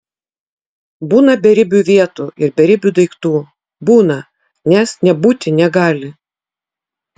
būna beribių vietų ir beribių daiktų būna nes nebūti negali